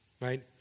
right